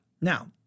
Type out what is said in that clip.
Now